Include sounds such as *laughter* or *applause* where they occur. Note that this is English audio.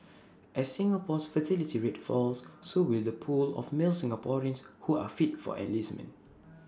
as Singapore's fertility rate falls so will the pool of male Singaporeans who are fit for enlistment *noise*